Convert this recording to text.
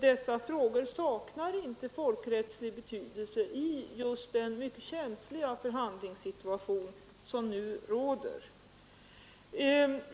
Dessa frågor saknar inte folkrättslig betydelse i den mycket känsliga förhandlingssituation som nu råder.